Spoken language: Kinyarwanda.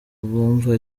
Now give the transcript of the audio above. bumva